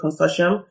consortium